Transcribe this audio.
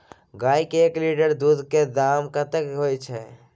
गाय के एक लीटर दूध के दाम कतेक होय छै?